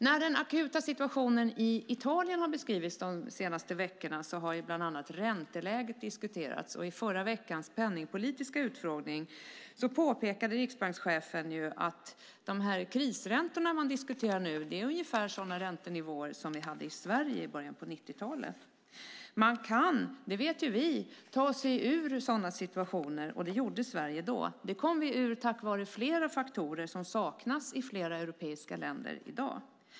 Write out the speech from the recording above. När den akuta situationen i Italien har beskrivits de senaste veckorna har bland annat ränteläget diskuterats. Och i förra veckans penningpolitiska utfrågning påpekade riksbankschefen att de krisräntor man nu diskuterar är ungefär sådana räntenivåer som vi hade i Sverige i början av 90-talet. Man kan - det vet ju vi - ta sig ur sådana situationer. Det gjorde Sverige då. Detta kom vi ur tack vare flera faktorer som saknas i flera europeiska länder i dag.